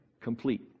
complete